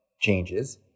changes